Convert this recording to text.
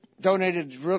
donated